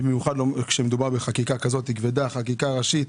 במיוחד כשמדובר בחקיקה כזאת כבדה, חקיקה ראשית,